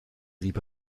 rieb